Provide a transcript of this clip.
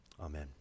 Amen